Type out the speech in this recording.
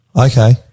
Okay